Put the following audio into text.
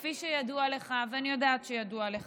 כפי הידוע לך בוודאי, ואני יודעת שידוע לך,